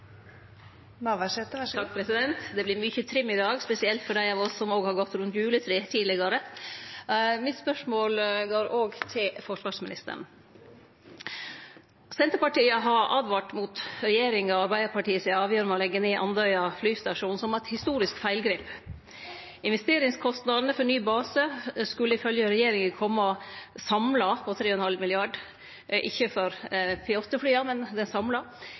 oss som har gått rundt juletreet tidlegare i dag. Spørsmålet mitt går også til forsvarsministeren. Senterpartiet har åtvara mot regjeringa og Arbeidarpartiet si avgjerd om å leggje ned Andøya flystasjon, noko som er eit historisk feilgrep. Investeringskostnadene for ny base skulle ifølgje regjeringa samla kome på 3,5 mrd. kr, ikkje for P8-flya, men samla. Det er